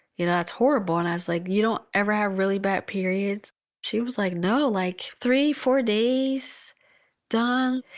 you know, that's horrible. and i was like, you don't ever have really bad periods? and she was like no, like three four days done,